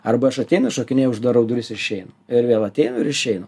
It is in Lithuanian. arba aš ateinu šokinėja uždarau duris ir išeinu ir vėl ateinu ir išeinu